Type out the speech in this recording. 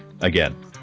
again